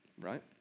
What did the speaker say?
right